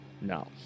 No